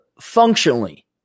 functionally